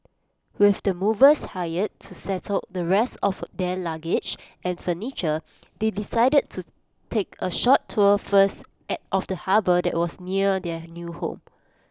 with the movers hired to settle the rest of their luggage and furniture they decided to take A short tour first of the harbour that was near their new home